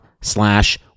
slash